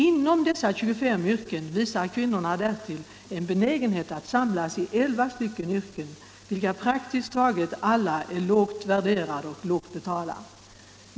Inom dessa 25 yrken visar kvinnorna därtill en benägenhet att samlas i elva yrken, vilka praktiskt taget alla är lågt värderade och lågt betalda.